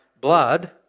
blood